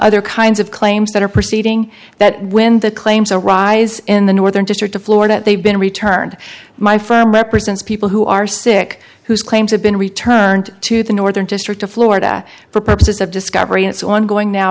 other kinds of claims that are proceeding that when the claims arise in the northern district of florida they've been returned my firm represents people who are sick whose claims have been returned to the northern district of florida for purposes of discovery it's ongoing now